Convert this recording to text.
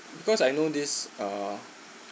because I know this uh